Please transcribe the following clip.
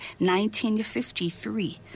1953